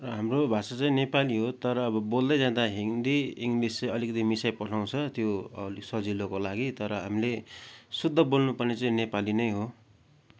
र हाम्रो भाषा चाहिँ नेपाली हो तर अब बोल्दै जाँदा हिन्दी इङ्लिस चाहिँ अलिकति मिसाइपठाउँछ त्यो अलि सजिलोको लागि तर हामीले शुद्ध बोल्नुपर्ने चाहिँ नेपाली नै हो